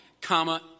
comma